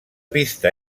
pista